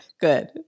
Good